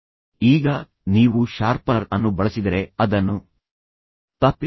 ಈಗ ನೀವು ಶಾರ್ಪನರ್ ಅನ್ನು ಬಳಸಿದರೆ ಅದನ್ನು ತಪ್ಪಿಸಬಹುದು